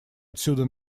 отсюда